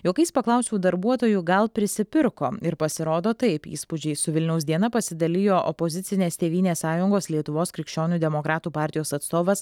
juokais paklausiau darbuotojų gal prisipirko ir pasirodo taip įspūdžiais su vilniaus diena pasidalijo opozicinės tėvynės sąjungos lietuvos krikščionių demokratų partijos atstovas